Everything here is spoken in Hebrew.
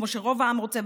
כמו שרוב העם רוצה,